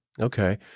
Okay